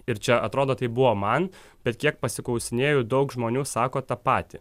ir čia atrodo tai buvo man bet kiek pasiklausinėju daug žmonių sako tą patį